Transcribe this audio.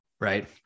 right